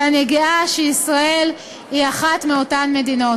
ואני גאה שישראל היא אחת מאותן מדינות.